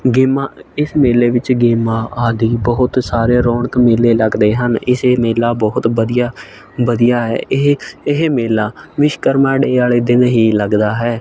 ਗੇਮਾਂ ਇਸ ਮੇਲੇ ਵਿੱਚ ਗੇਮਾਂ ਆਦਿ ਬਹੁਤ ਸਾਰੇ ਰੌਣਕ ਮੇਲੇ ਲੱਗਦੇ ਹਨ ਇਸੇ ਮੇਲਾ ਬਹੁਤ ਵਧੀਆ ਵਧੀਆ ਹੈ ਇਹ ਇਹ ਮੇਲਾ ਵਿਸ਼ਕਰਮਾ ਡੇ ਵਾਲੇ ਦਿਨ ਹੀ ਲੱਗਦਾ ਹੈ